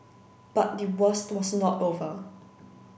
but the worst was not over